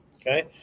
okay